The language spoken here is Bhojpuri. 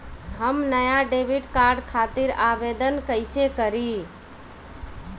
हम नया डेबिट कार्ड खातिर आवेदन कईसे करी?